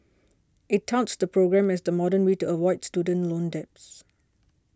it touts the program as the modern way to avoid student loan debts